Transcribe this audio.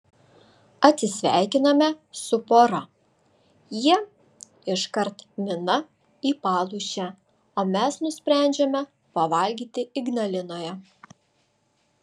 atsisveikiname su pora jie iškart mina į palūšę o mes nusprendžiame pavalgyti ignalinoje